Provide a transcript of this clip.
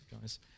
guys